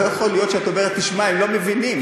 לא יכול להיות שאת אומרת: תשמע, הם לא מבינים.